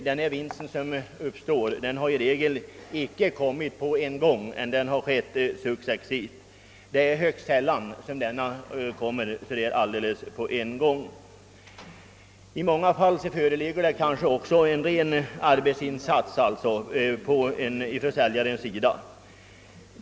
Den vinst som uppstått har högst sällan tillkommit på en gång, utan successivt under flera år. I många fall föreligger det kanske också en vinst som åstadkommits genom ren arbetsinsats från säljarens sida.